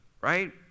Right